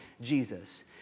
Jesus